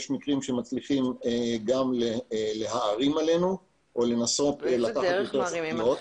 אבל יש מי שמצליחים גם להערים עלינו או לנסות לקחת יותר שקיות,